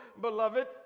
beloved